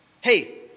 Hey